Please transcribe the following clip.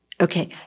Okay